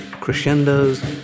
crescendos